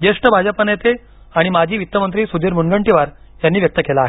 ज्येष्ठ भाजपा नेते आणि माजी वित्तमंत्री सुधीर मुनगंटीवार यांनी व्यक्त केलं आहे